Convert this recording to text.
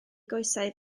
goesau